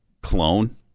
clone